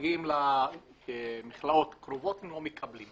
שמגיעים למכלאות הקרובות ולא מקבלים.